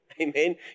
Amen